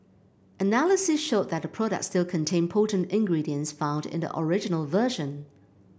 analysis showed that the products still contained potent ingredients found in the original version